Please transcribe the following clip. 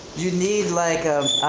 you need like